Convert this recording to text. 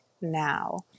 now